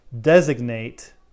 designate